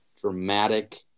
dramatic